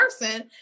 person